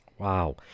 Wow